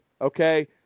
Okay